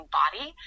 body